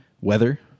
Weather